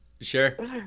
Sure